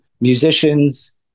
musicians